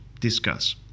discuss